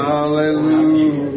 Hallelujah